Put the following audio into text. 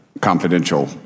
confidential